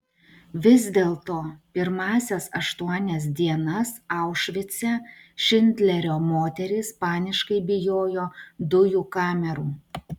vis dėlto pirmąsias aštuonias dienas aušvice šindlerio moterys paniškai bijojo dujų kamerų